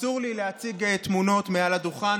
אסור לי להציג תמונות מעל הדוכן,